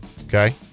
Okay